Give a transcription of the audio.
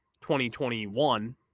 2021